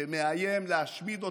שמאיים להשמיד אותנו,